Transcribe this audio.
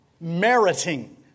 meriting